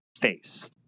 face